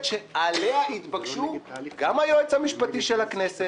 שעליה התבקשו גם היועץ המשפטי של הכנסת